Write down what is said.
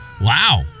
wow